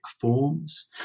forms